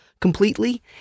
completely